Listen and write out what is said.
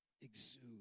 exude